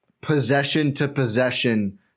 possession-to-possession